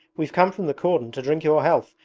we've come from the cordon to drink your health.